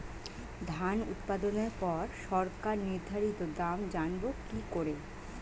ধান উৎপাদনে পর সরকার নির্ধারিত দাম জানবো কি করে?